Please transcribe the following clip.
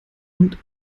und